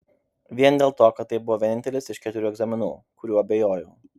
vien dėl to kad tai buvo vienintelis iš keturių egzaminų kuriuo abejojau